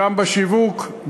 גם בשיווק,